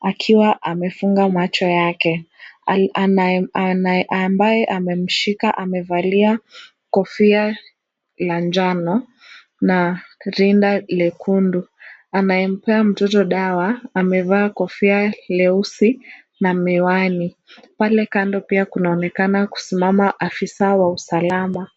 akiwa amefunga macho yake, ambaye amemshika amevalia kofia la njano na rinda jekundu anayempea mtoto dawa amevaa kofia nyeusi na miwani. Pale kando pia kunaonekana kusimama afisa wa usalama.